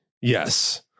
Yes